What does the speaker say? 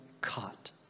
caught